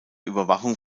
überwachung